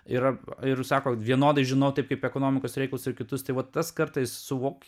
yra ir sako vienodai žinau taip kaip ekonomikos reiklus ir kitus tai vat tas kartais suvok